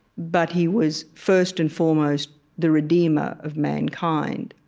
but he was first and foremost the redeemer of mankind.